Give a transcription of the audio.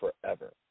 forever